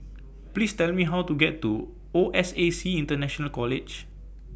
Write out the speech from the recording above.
Please Tell Me How to get to O S A C International College